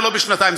ולא בשנתיים,